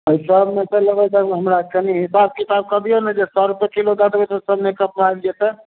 एहि सबमेसँ लेबै ताहिमे हमरा कनी हिसाब किताबमे कऽ दिऔ ने जे सए रुपए किलो दऽ देबै तऽ सब मेकपमे आबि जैतैक